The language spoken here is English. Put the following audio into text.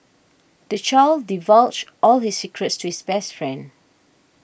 the child divulged all his secrets to his best friend